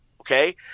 okay